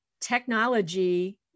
technology